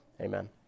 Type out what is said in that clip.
Amen